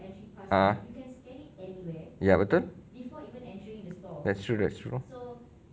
ah ya betul that's true that's true